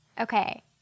Okay